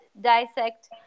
dissect